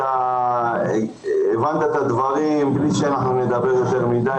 אתה הבנת את הדברים בלי שאנחנו נדבר יותר מדי.